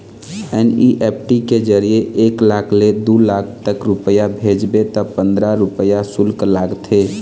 NEFT के जरिए एक लाख ले दू लाख तक रूपिया भेजबे त पंदरा रूपिया सुल्क लागथे